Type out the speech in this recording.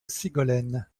sigolène